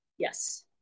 Yes